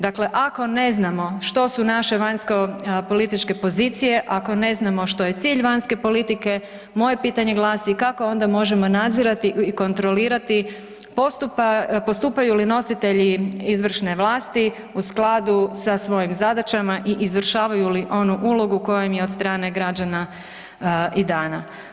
Dakle, ako ne znamo što su naše vanjsko političke pozicije, ako ne znamo što je cilj vanjske politike, moje pitanje glasi, kako onda možemo nadzirati i kontrolirati postupak, postupaju li nositelji izvršne vlasti u skladu sa svojim zadaćama i izvršavaju li onu ulogu koja im je od strane građana i dana.